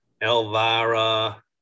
Elvira